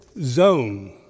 Zone